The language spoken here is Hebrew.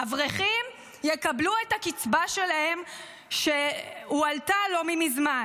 אברכים יקבלו את הקצבה שלהם שהועלתה לא מזמן.